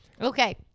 Okay